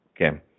Okay